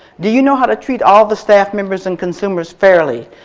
do you know how to treat all of the staff members and consumers fairly?